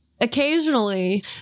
occasionally